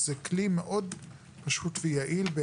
זה כלי מאוד פשוט ויעיל.